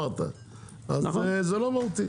זה לא מהותי.